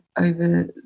over